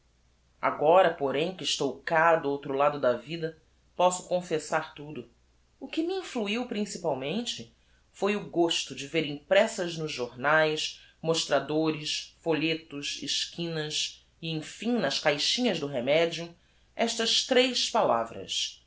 agora porém que estou cá do outro lado da vida posso confessar tudo o que me influiu principalmente foi o gosto de ver impressas nos jornaes mostradores folhetos esquinas e emfim nas caixinhas do remedio estas tres palavras